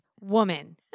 woman